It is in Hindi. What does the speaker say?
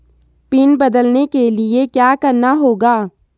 पिन बदलने के लिए क्या करना होगा?